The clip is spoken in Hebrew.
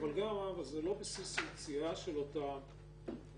אבל גם אז זה לא בסיס היציאה של אותן החברות.